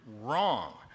wrong